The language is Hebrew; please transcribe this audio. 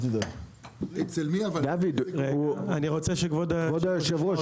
כבוד היושב ראש,